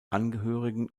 angehörigen